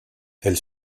elle